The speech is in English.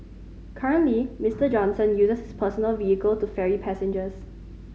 currently Mister Johnson uses his personal vehicle to ferry passengers